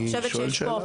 אני שואל שאלה.